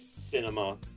cinema